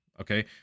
okay